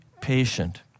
patient